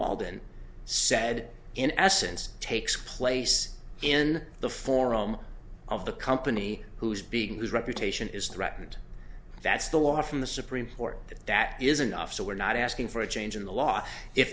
walden said in essence takes place in the forum of the company whose being good reputation is threatened that's the law from the supreme court that that is enough so we're not asking for a change in the law if